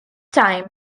time